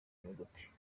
nyuguti